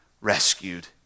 rescued